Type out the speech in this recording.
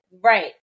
right